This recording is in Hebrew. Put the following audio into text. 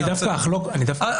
אני דווקא רוצה לחלוק --- בסדר,